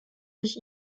ich